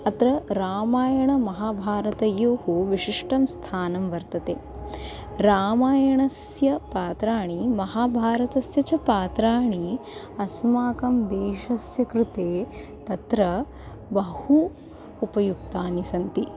अत्र रामायणमहाभारतयोः विशिष्टं स्थानं वर्तते रामायणस्य पात्राणि महाभारतस्य च पात्राणि अस्माकं देशस्य कृते तत्र बहु उपयुक्तानि सन्ति